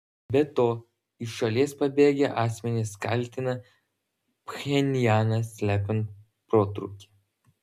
be to iš šalies pabėgę asmenys kaltina pchenjaną slepiant protrūkį